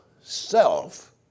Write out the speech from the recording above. self